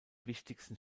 wichtigsten